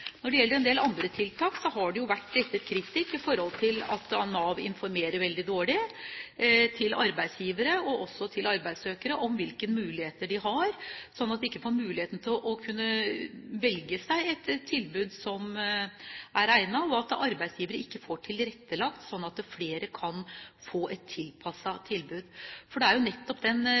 Når det gjelder en del andre tiltak, har det vært rettet kritikk mot Nav for at de informerer veldig dårlig til arbeidsgivere, og også til arbeidssøkere, om hvilke muligheter de har. De får dermed ikke muligheten til å kunne velge seg et egnet tilbud, og arbeidsgivere får ikke tilrettelagt, slik at flere kan få et tilpasset tilbud. Det er jo nettopp den